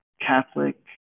Catholic